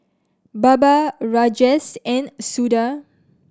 Baba Rajesh and Suda